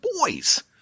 boys